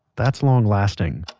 that's long lasting.